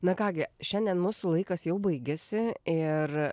na ką gi šiandien mūsų laikas jau baigiasi ir